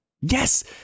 Yes